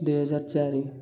ଦୁଇହଜାର ଚାରି